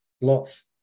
lots